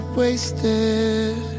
wasted